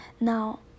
Now